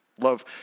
Love